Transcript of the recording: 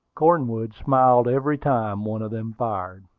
cornwood smiled every time one of them fired.